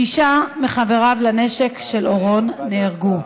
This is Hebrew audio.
שישה מחבריו לנשק של אורון נהרגו,